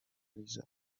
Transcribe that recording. liza